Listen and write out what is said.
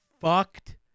fucked